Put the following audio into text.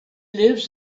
lives